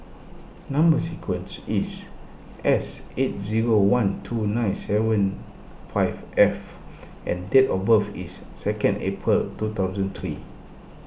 Number Sequence is S eight zero one two nine seven five F and date of birth is second April two thousand three